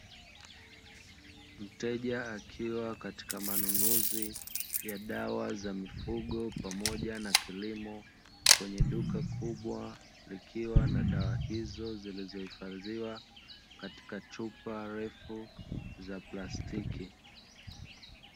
Mteja akiwa katika manunuzi ya dawa za mifugo pamoja na kilimo kwenye duka kubwa likiwa na dawa hizo zilizohifadhiwa katika chupa refu za plastiki.